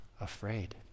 afraid